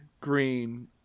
green